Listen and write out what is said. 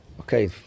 Okay